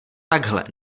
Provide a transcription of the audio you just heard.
takhle